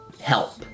help